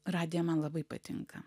radija man labai patinka